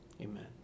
Amen